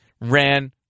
ran